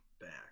back